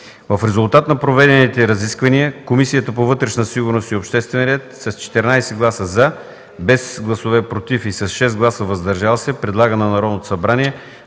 В резултат на проведените разисквания Комисията по вътрешна сигурност и обществен ред с 14 гласа „за”, без гласове „против” и с 6 гласа „въздържали се” предлага на Народното събрание